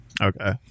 okay